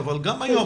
אבל גם היום,